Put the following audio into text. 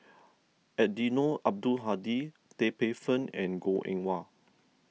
Eddino Abdul Hadi Tan Paey Fern and Goh Eng Wah